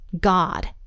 God